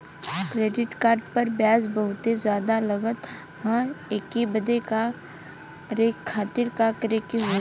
Credit card पर ब्याज बहुते ज्यादा लगत ह एके बंद करे खातिर का करे के होई?